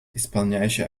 исполняющий